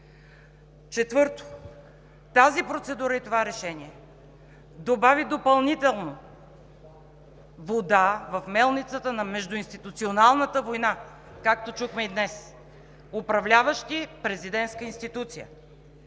Четвърто, тази процедура и това решение добави допълнително вода в мелницата на междуинституционалната война, както чухме и днес, управляващи – президентска институция.